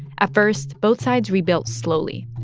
at first, both sides rebuilt slowly.